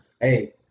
Hey